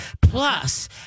Plus